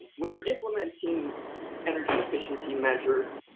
when you're implementing energy efficiency measures,